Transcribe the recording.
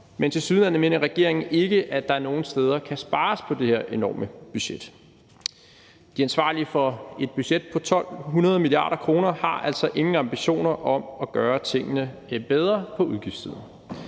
mener tilsyneladende ikke, at der nogen steder kan spares på det her enorme budget. De ansvarlige for et budget på 1.200 mia. kr. har altså ingen ambitioner om at gøre tingene lidt bedre på udgiftssiden.